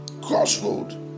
Crossroad